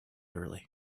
early